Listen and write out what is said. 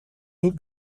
dut